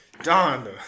Donda